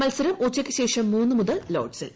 മത്സരം ഉച്ചയ്ക്ക് ശേഷം മൂന്ന് മുതൽ ലോർഡ്സിൽ